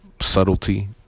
subtlety